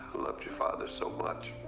loved your father so much.